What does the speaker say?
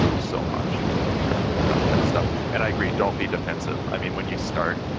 so much for sure with that type of stuff. and i agree don't be defensive. i mean when you start,